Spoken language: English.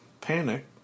Panic